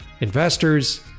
investors